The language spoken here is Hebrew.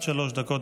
עד שלוש דקות,